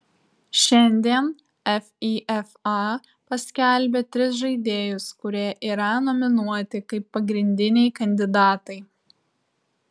šiandien fifa paskelbė tris žaidėjus kurie yra nominuoti kaip pagrindiniai kandidatai